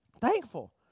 Thankful